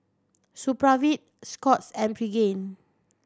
Supravit Scott's and Pregain